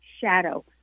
shadow